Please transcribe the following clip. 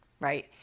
right